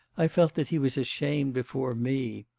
i felt that he was ashamed before me.